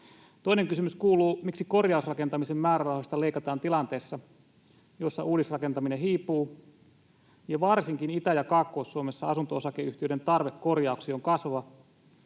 Toinen kysymys kuuluu: miksi korjausrakentamisen määrärahoista leikataan tilanteessa, jossa uudisrakentaminen hiipuu ja varsinkin Itä- ja Kaakkois-Suomessa asunto-osakeyhtiöiden tarve korjauksiin on kasvava